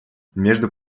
между